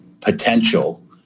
potential